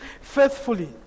faithfully